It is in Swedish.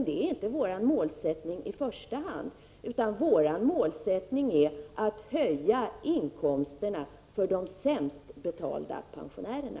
Det är inte vår målsättning i första hand, utan vår målsättning är att höja inkomsterna för de sämst betalda pensionärerna.